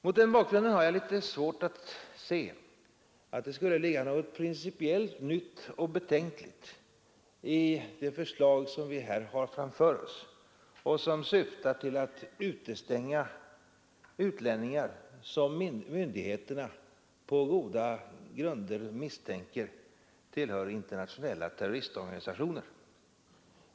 Mot denna bakgrund har jag svårt att se att det skulle ligga något principiellt nytt och betänkligt i det förslag som vi här har framför oss och som syftar till att utestänga utlänningar som myndigheterna på goda grunder misstänker tillhör internationella terroristorganisationer.